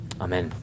Amen